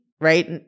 right